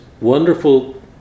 wonderful